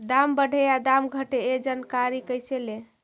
दाम बढ़े या दाम घटे ए जानकारी कैसे ले?